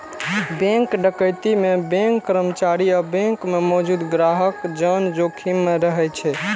bank डकैती मे bank कर्मचारी आ बैंक मे मौजूद ग्राहकक जान जोखिम मे रहै छै